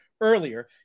earlier